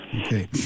Okay